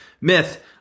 Myth